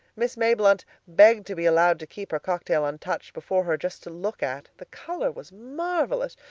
miss mayblunt begged to be allowed to keep her cocktail untouched before her, just to look at. the color was marvelous!